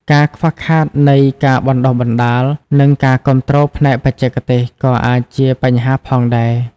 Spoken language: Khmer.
ការខ្វះខាតនៃការបណ្តុះបណ្តាល និងការគាំទ្រផ្នែកបច្ចេកទេស ក៏អាចជាបញ្ហាផងដែរ។